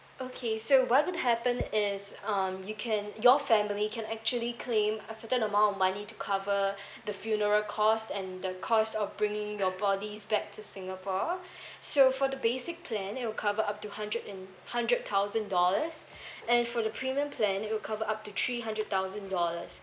okay so what would happen is um you can your family can actually claim a certain amount of money to cover the funeral cost and the cost of bringing your bodies back to singapore so for the basic plan it will cover up to hundred and hundred thousand dollars and for the premium plan it will cover up to three hundred thousand dollars